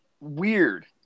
weird